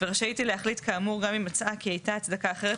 ורשאית היא להחליט כאמור גם אם מצאה כי הייתה הצדקה אחרת